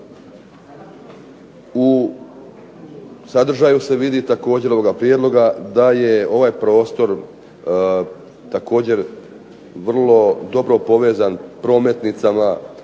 U sadržaju se vidi također ovoga prijedloga da je ovaj prostor također vrlo dobro povezan prometnicama